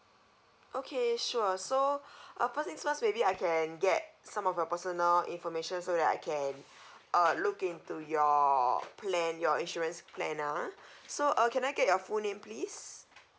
okay sure so uh first things first maybe I can get some of your personal information so that I can uh look into your plan your insurance plan ah so uh can I get your full name please